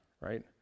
right